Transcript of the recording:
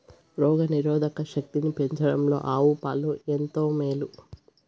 రోగ నిరోధక శక్తిని పెంచడంలో ఆవు పాలు ఎంతో మేలు